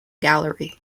gallery